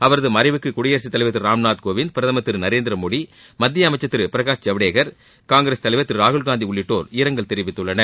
அவரது மறைவுக்கு குடியரசுத்தலைவர் திரு ராம்நாத் கோவிந்த் பிரதமர் திரு நரேந்திரமோடி மத்திய அமைச்சர் திரு பிரகாஷ் ஜவடேகர் காங்கிரஸ் தலைவர் திரு ராகுல்காந்தி உள்ளிட்டோர் இரங்கல் தெரிவித்துள்ளனர்